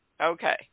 Okay